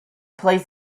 plays